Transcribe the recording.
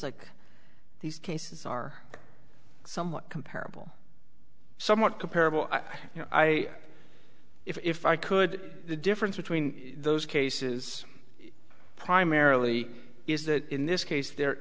like these cases are somewhat comparable somewhat comparable i'm i if i could the difference between those cases primarily is that in this case there